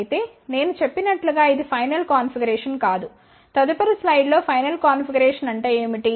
అయితే నేను చెప్పినట్లుగా ఇది ఫైనల్ కన్ఫిగరేషన్ కాదు తదుపరి స్లయిడ్లో ఫైనల్ కన్ఫిగరేషన్ అంటే ఏమిటి